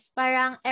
parang